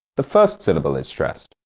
the first syllable is stressed,